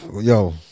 Yo